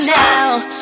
now